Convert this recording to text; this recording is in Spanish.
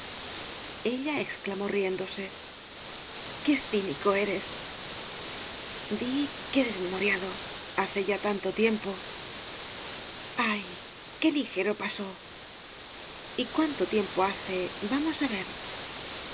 exclamó riéndose qué cínico eres di qué desmemoriado hace ya tanto tiempo ay que ligero pasó y cuánto tiem po hace vamos á ver